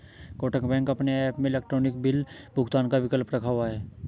Kotak bank अपने app में electronic bill भुगतान का विकल्प रखा हुआ है